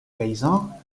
paysans